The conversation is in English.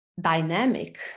dynamic